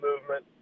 movement